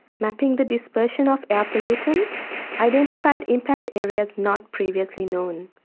mapping the dispersion of air pollutants identified impact areas not previously known.